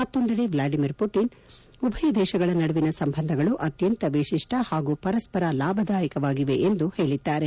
ಮತ್ತೊಂದೆಡೆ Vladimir Putin ಉಭಯ ದೇಶಗಳ ನಡುವಿನ ಸಂಬಂಧಗಳು ಅತ್ಯಂತ ವಿಶಿಷ್ಟ ಹಾಗೂ ಪರಸ್ವರ ಲಾಭದಾಯಕವಾಗಿವೆ ಎಂದು ಹೇಳಿದ್ದಾರೆ